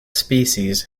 species